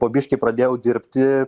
po biškį pradėjau dirbti